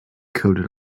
coated